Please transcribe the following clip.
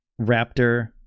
Raptor